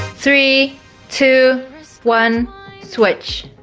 three two one switch